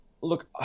Look